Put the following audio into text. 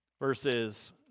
verses